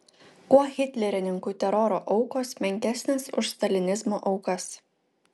kuo hitlerininkų teroro aukos menkesnės už stalinizmo aukas